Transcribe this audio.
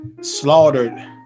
slaughtered